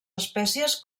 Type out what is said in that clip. espècies